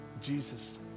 Jesus